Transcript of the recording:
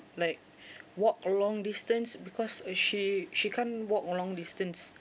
like walk a long distance because uh she she can't walk a long distance